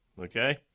okay